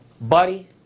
buddy